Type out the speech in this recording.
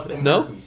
No